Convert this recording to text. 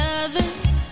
others